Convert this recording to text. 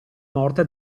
morte